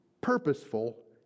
purposeful